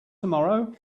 tomorrow